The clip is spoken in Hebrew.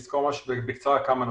אני אסקור ממש בקצרה כמה נושאים.